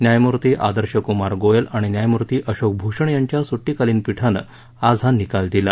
न्यायमूर्ती आदर्शकुमार गोयल आणि न्यायमूर्ती अशोक भूषण यांच्या सुट्टीकालीनपीठानं आज हा निकाल दिला